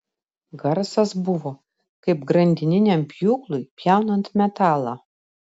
garsas buvo kaip grandininiam pjūklui pjaunant metalą